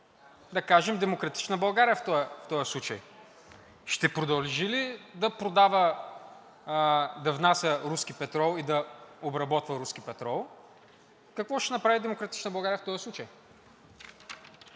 да кажем, „Демократична България“ в този случай? Ще продължи ли да внася руски петрол и да обработва руски петрол? Какво ще направи „Демократична България“ в този случай?